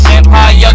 Empire